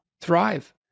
thrive